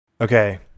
Okay